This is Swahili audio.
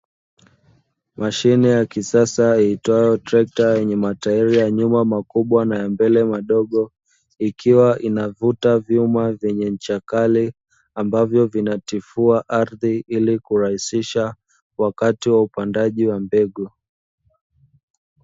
Mashine ya kisasa iitwayo trekta, yenye matairi ya nyuma makubwa na ya mbele madogo, ikiwa inavuta vyuma vyenye ncha kali, ambavyo vinatifua ardhi ili kurahisisha wakati wa upandaji wa mbegu.